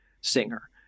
singer